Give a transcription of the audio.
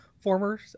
former